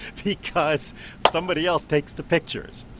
because somebody else takes the pictures.